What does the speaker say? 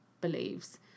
believes